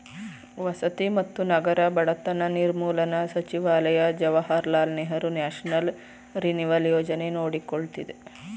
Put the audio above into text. ವಸತಿ ಮತ್ತು ನಗರ ಬಡತನ ನಿರ್ಮೂಲನಾ ಸಚಿವಾಲಯ ಜವಾಹರ್ಲಾಲ್ ನೆಹರು ನ್ಯಾಷನಲ್ ರಿನಿವಲ್ ಯೋಜನೆ ನೋಡಕೊಳ್ಳುತ್ತಿದೆ